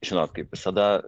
žinot kaip visada